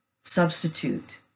substitute